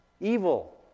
evil